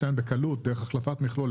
דרך החלפת מכלול,